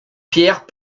pierres